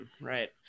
right